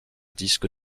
disque